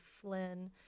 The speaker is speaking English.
Flynn